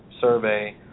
survey